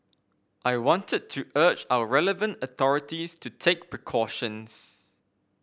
I wanted to urge our relevant authorities to take precautions